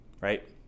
Right